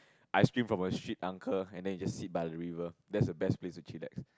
ice cream from a street uncle and then you just sit by the river that's the best place to chillax